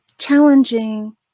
Challenging